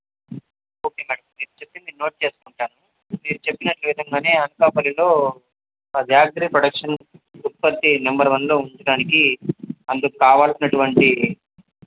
okay madam మీరు చెప్పింది note చేసుకుంటాను మీరు చెప్పిన విధంగానే అనకాపల్లిలో గాయిత్రి ప్రొడక్షన్ ఉత్పత్తి నెంబర్ వన్లో ఉంచడానికి అందుకు కావలసినటువంటి